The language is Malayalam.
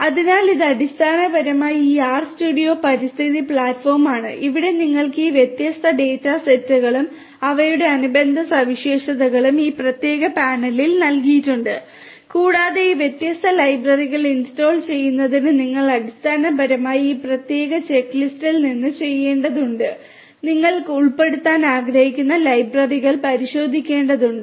അതിനാൽ ഇത് അടിസ്ഥാനപരമായി ഈ ആർ സ്റ്റുഡിയോ പരിസ്ഥിതി പ്ലാറ്റ്ഫോമാണ് ഇവിടെ നിങ്ങൾക്ക് ഈ വ്യത്യസ്ത ഡാറ്റാ സെറ്റുകളും അവയുടെ അനുബന്ധ സവിശേഷതകളും ഈ പ്രത്യേക പാനലിൽ നൽകിയിട്ടുണ്ട് കൂടാതെ ഈ വ്യത്യസ്ത ലൈബ്രറികൾ ഇൻസ്റ്റാൾ ചെയ്യുന്നതിന് നിങ്ങൾ അടിസ്ഥാനപരമായി ഈ പ്രത്യേക ചെക്ക് ലിസ്റ്റിൽ നിന്ന് ചെയ്യേണ്ടതുണ്ട് നിങ്ങൾ ഉൾപ്പെടുത്താൻ ആഗ്രഹിക്കുന്ന ലൈബ്രറികൾ പരിശോധിക്കേണ്ടതുണ്ട്